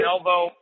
Elbow